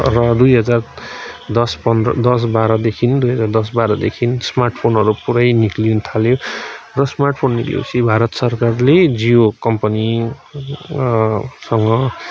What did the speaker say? र दुई हजार दस पन्ध्र दस बाह्रदेखि दुई हजार दस बाह्रदेखि स्मार्ट फोनहरू पुरै निस्किनु थाल्यो र स्मार्ट फोन निस्कियोपछि भारत सरकारले जियो कम्पनी सँग